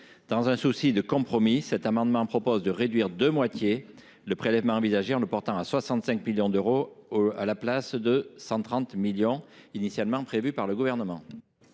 Dans un souci de compromis, ce sous amendement vise à réduire de moitié le prélèvement envisagé, en le portant à 65 millions d’euros, au lieu des 130 millions d’euros initialement prévus par le Gouvernement.